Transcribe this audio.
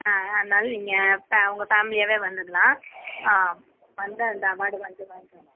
அதனால நீங்கள் பே உங்கள் பேமிலியாகவே வந்துக்கலாம் ஆ வந்து அந்த அவார்டு வந்து வாய்ங்கோங்க